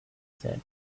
said